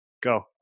Go